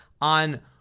on